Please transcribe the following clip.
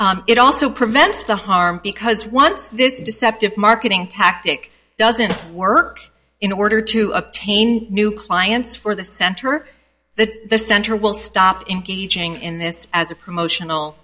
cetera it also prevents the harm because once this deceptive marketing tactic doesn't work in order to obtain new clients for the center that the center will stop in gauging in this as a promotional